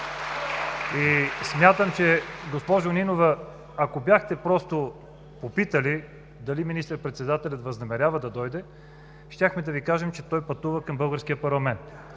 И смятам, госпожо Нинова, че ако бяхте попитали дали министър-председателят възнамерява да дойде, щяхме да Ви кажем, че той пътува към българския парламент